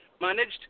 managed